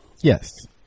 Yes